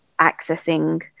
accessing